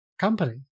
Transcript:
company